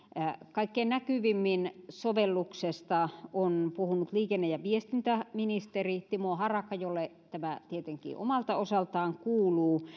kaikkein näkyvimmin sovelluksesta on puhunut liikenne ja viestintäministeri timo harakka jolle tämä tietenkin omalta osaltaan kuuluu